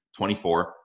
24